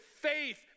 faith